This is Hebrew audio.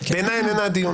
בעיניי איננה הדיון